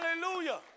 Hallelujah